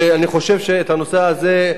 ואני חושב שאת הנושא הזה,